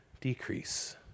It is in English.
Decrease